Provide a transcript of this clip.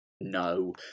No